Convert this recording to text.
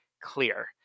clear